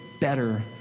better